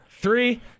three